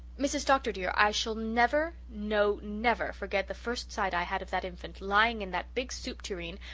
mrs. dr. dear, i shall never, no never, forget the first sight i had of that infant, lying in that big soup tureen,